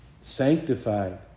sanctified